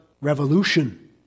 revolution